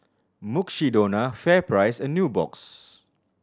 Mukshidonna FairPrice and Nubox